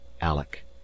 alec